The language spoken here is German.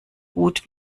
gut